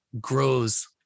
grows